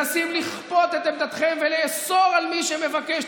אתם מנסים לכפות את עמדתכם ולאסור על מי שמבקש.